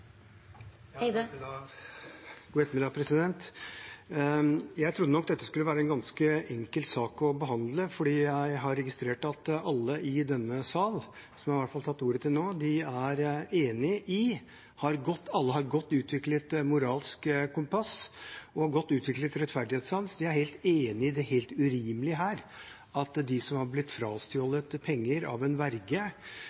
Jeg trodde nok dette skulle være en ganske enkel sak å behandle, for jeg har registrert at alle i denne sal som i hvert fall har tatt ordet til nå – alle har godt utviklet moralsk kompass og godt utviklet rettferdighetssans – er helt enig i det helt urimelige her, at de som er blitt